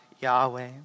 Yahweh